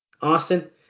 Austin